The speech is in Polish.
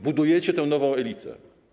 Budujecie tę nową elitę.